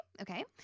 Okay